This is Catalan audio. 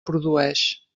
produeix